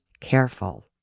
careful